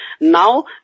Now